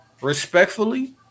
respectfully